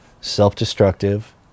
self-destructive